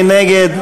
מי נגד?